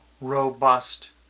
Robust